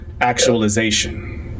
actualization